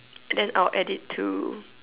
then I'll add it to